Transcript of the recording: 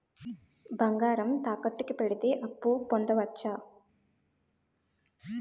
బంగారం తాకట్టు కి పెడితే అప్పు పొందవచ్చ?